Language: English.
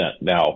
now